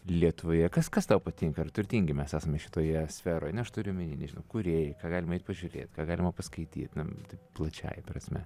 lietuvoje kas kas tau patinka ar turtingi mes esame šitoje sferoj na aš turiu omeny nežinau kūrėjai ką galima eit pažiūrėt ką galima paskaityt na plačiąja prasme